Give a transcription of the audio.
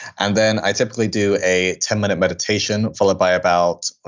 and then i typically do a ten minute meditation, followed by about,